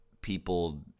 people